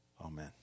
Amen